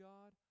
God